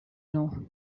know